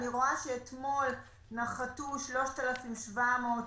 אני רואה שאתמול נחתו 3,700 אנשים,